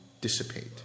dissipate